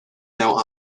now